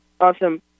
Awesome